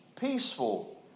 Peaceful